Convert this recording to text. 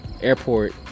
airport